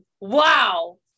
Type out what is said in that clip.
Wow